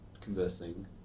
conversing